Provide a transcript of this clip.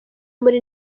muri